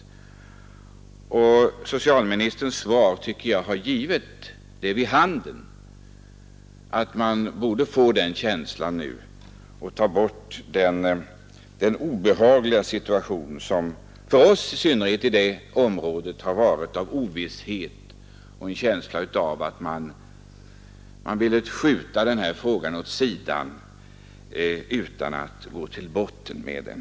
Socialministerns svar har, tycker jag, givit vid handen att det bör vara möjligt att komma ifrån den obehagliga känslan av ovisshet, som i synnerhet vi som bor i detta område har haft, och känslan av att man velat skjuta hela denna fråga åt sidan utan att gå till botten med den.